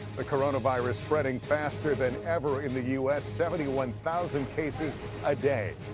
the coronavirus spreading faster than ever in the u s, seventy one thousand cases a day.